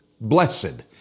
blessed